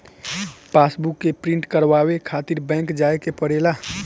passbook के print करवावे खातिर बैंक जाए के पड़ेला